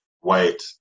white